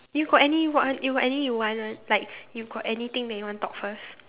you got any want you got any you want want like you got anything that you want talk first